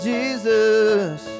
Jesus